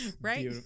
right